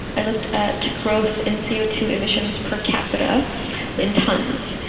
i looked at growth and c o two emissions per capita in tons.